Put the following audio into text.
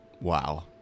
Wow